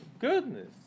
goodness